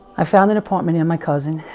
i found an appointment in my cousin,